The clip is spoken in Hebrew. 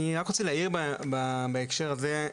אני רק רוצה להעיר בהקשר הזה,